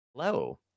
Hello